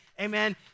Amen